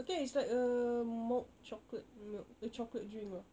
okay it's like a malt chocolate milk eh chocolate drink ah